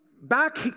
back